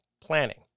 planning